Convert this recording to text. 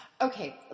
okay